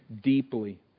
deeply